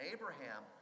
Abraham